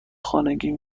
خاگینه